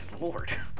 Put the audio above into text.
lord